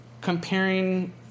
comparing